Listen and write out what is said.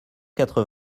quatre